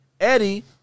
Eddie